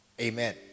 Amen